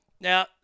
Now